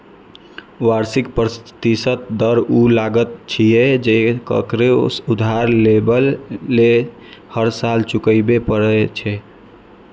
वार्षिक प्रतिशत दर ऊ लागत छियै, जे ककरो उधार लेबय लेल हर साल चुकबै पड़ै छै